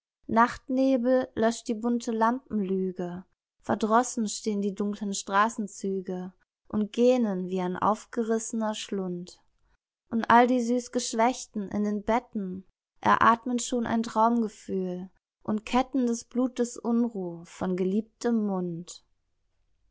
nachtnebel löscht die bunte lampenlüge verdrossen stehn die dunklen strassenzüge und gähnen wie ein auerissner schlund und all die süss geschwächten in den betten eratmen schon ein traumgefühl und ketten des blutes unruh von geliebtem mund